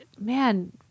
man